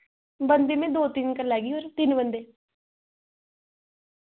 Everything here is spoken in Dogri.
बंदे में दो तिन करी लैगी फिर तिन बंदे